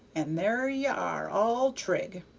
and there ye are, all trig.